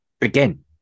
Again